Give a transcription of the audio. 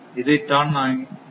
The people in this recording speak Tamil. இதுதான் நான் இங்கு எழுதியுள்ளேன்